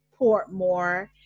Portmore